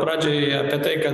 pradžioj apie tai kad